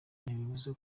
ntibivuze